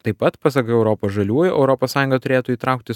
taip pat pasak europos žaliųjų europos sąjunga turėtų įtraukti